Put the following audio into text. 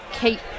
keep